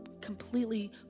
completely